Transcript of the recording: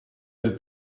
del